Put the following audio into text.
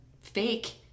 fake